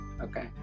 okay